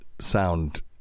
sound